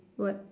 what